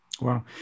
Wow